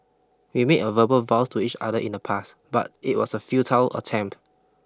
we made a verbal vows to each other in the past but it was a futile attempt